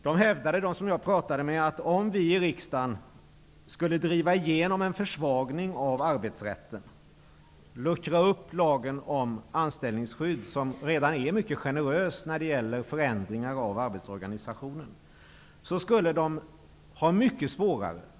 De anställda jag pratade med hävdade att det skulle bli mycket svårare om vi i riksdagen skulle driva igenom en försvagning av arbetsrätten och luckra upp lagen om anställningsskydd, vilken redan är mycket generös när det gäller förändringar av arbetsorganisationen.